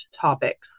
topics